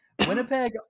Winnipeg